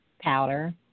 powder